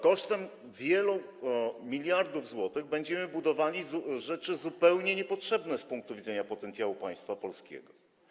Kosztem wielu miliardów złotych będziemy budowali rzeczy zupełnie niepotrzebne z punktu widzenia potencjału państwa polskiego.